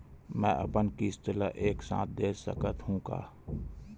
मै अपन किस्त ल एक साथ दे सकत हु का?